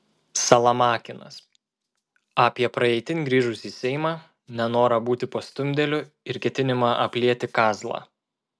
salamakinas apie praeitin grįžusį seimą nenorą būti pastumdėliu ir ketinimą aplieti kazlą